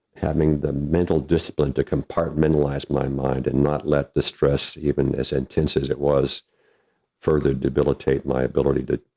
having the mental discipline to compartmentalize my mind, and not let the stress even as intense as it was further debilitating my ability to,